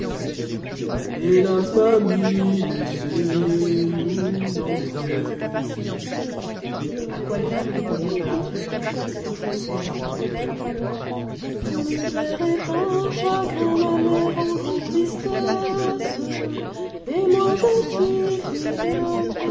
a quoi les femmes répondirent de l'intérieur et en fausset d'un ton dolent